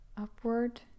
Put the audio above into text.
Upward